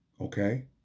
Okay